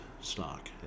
stock